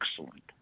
excellent